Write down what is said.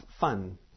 fun